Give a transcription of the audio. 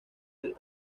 del